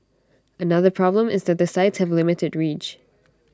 another problem is that the sites have limited reach